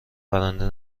برنده